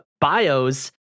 bios